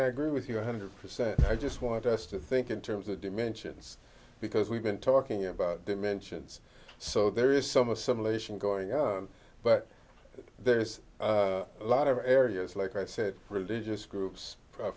agree with you one hundred percent i just want us to think in terms of dimensions because we've been talking about dimensions so there is some assimilation going on but there's a lot of areas like i said religious groups